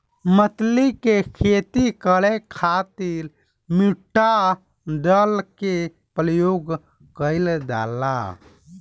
मछली के खेती करे खातिर मिठा जल के प्रयोग कईल जाला